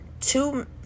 two